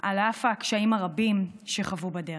על אף הקשיים הרבים שחוו בדרך.